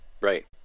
Right